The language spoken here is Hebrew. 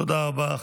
תודה רבה.